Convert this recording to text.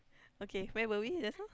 okay where were we just now